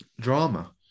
Drama